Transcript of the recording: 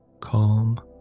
Calm